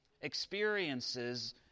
experiences